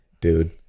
Dude